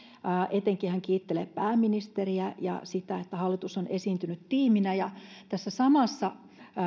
etenkin hän kiittelee pääministeriä ja sitä että hallitus on esiintynyt tiiminä ja tässä samassa